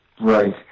Right